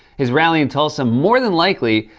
his rally in tulsa, more than likely,